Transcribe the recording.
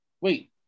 Wait